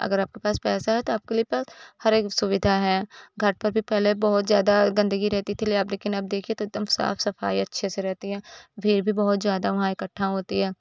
अगर आपके पास पैसा है तो आपके लि पास हर एक सुविधा है घाट पर भी पहले बहुत ज़्यादा गन्दगी रहती थी लेकिन अब देखें तो एक दम साफ़ सफ़ाई अच्छे से रहती है भीड़ भी बहुत ज़्यादा वहाँ इकट्ठा होती है